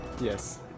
Yes